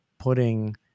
putting